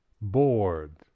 bored